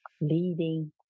leading